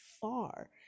far